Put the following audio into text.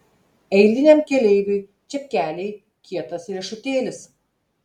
eiliniam keleiviui čepkeliai kietas riešutėlis